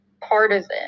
partisan